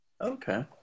okay